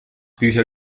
bücher